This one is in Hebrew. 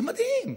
זה מדהים.